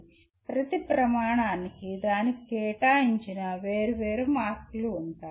మరియు ప్రతి ప్రమాణానికి దానికి కేటాయించిన వేర్వేరు మార్కులు ఉంటాయి